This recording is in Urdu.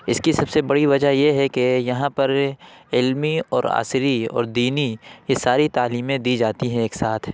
اس کی سب سے بڑی وجہ یہ ہے کہ یہاں پر علمی اور عصری اور دینی یہ ساری تعلیمیں دی جاتی ہیں ایک ساتھ